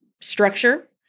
structure